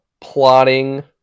plotting